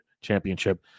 Championship